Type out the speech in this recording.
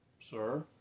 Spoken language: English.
sir